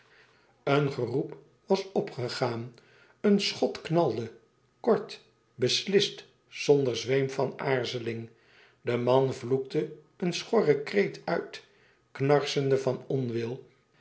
een geroep was opgegaan een schot knalde kort beslist zonder zweem van aarzeling de man vloekte een schorren kreet uit knarsende van onwil